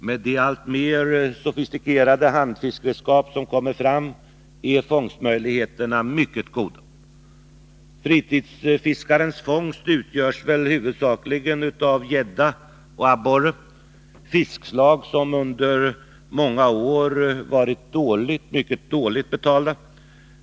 Med de alltmer sofistikerade handfiskeredskap som kommer fram är fångstmöjligheterna mycket goda. Fritidsfiskarens fångst utgörs väl huvudsakligen av gädda och abborre, fiskslag som under många år varit dåligt, mycket dåligt, betalda.